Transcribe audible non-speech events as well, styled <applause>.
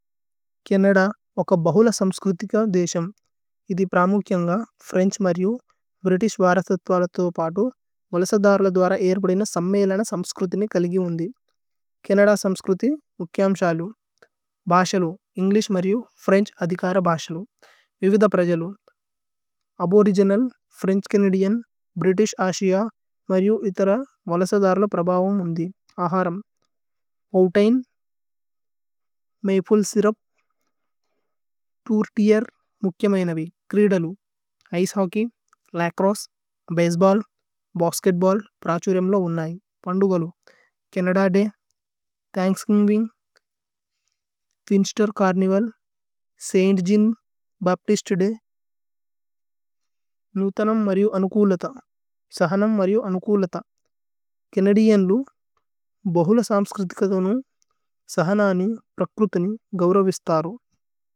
Canada ഓക ബഹുല സമ്സ്ക്രുതി ക ദേശമ്। ഇതി പ്രമുക്യന്ഗ ഫ്രേന്ഛ് മര്യു ഭ്രിതിശ്। വരഥത്വല തോ പതോ വലസദര്ല ദൂര। ഐര്ബുദേന സമ്മേ ലന സമ്സ്ക്രുതി നി കലിഗി। ഉന്ദി ഛനദ സമ്സ്ക്രുതി മുഖ്യമ് ശലു। ഭശലോ ഏന്ഗ്ലിശ് മര്യു ഫ്രേന്ഛ് അദികര। ഭശലോ വിവിദ പ്രജലു aboriginal. French Canadian British Asia മര്യു ഇതര। വലസദര്ല പ്രഭഓ ഉമ് ഉന്ദി അഹരമ് poutine. Maple syrup tourtiere മുഖ്യമ് അയനേവി। ഛ്രീദലു ice hockey lacrosse baseball. Basketball പ്രഛുരേമ് ലഓ ഉന്നൈ പന്ദു ഗലു। ഛനദ ദേ ഥന്ക്സ്ഗിവിന്ഗ് ഫിന്സ്തേര് ഛര്നിവല്। സൈന്ത്-ഗിന്, ഭപ്തിസ്തേ ദേ <hesitation> നുതനമ്। മര്യു അനുകുലത സഹനമ്-മര്യു അനുകുലത। ഛനദിഏന് ലു ഭഹുല സമ്സ്ക്രുതി കനു। സഹന നി പ്രക്രുതി നി ഗൌരവിസ്തരു।